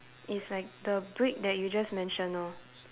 is like the break that you just mentioned lor